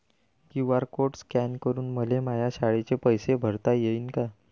QR code scan करून मले माया शाळेचे पैसे भरता येईन का?